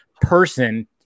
person